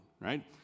right